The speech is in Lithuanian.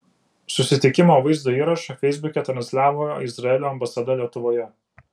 susitikimo vaizdo įrašą feisbuke transliavo izraelio ambasada lietuvoje